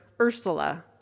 Ursula